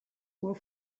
were